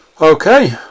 Okay